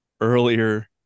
earlier